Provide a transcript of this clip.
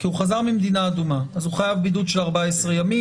הוא חייב בבידוד של 14 ימים,